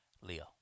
Leo